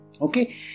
Okay